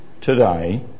today